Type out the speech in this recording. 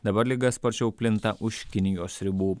dabar liga sparčiau plinta už kinijos ribų